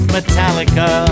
Metallica